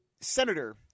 Senator